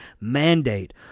mandate